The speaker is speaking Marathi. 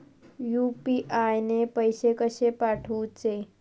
यू.पी.आय ने पैशे कशे पाठवूचे?